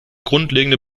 grundlegende